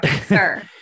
sir